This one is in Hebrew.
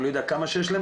אני לא יודע כמה יש להם,